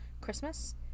Christmas